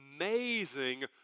amazing